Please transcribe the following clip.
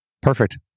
Perfect